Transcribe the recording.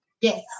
Yes